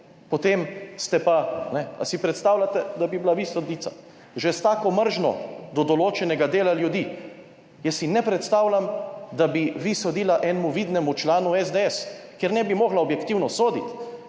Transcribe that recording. potem ste pa… Ali si predstavljate, da bi bila vi sodnica že s tako mržnjo do določenega dela ljudi, jaz si ne predstavljam, da bi vi sodila enemu vidnemu članu SDS, ker ne bi mogla objektivno soditi,